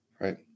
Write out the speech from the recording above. right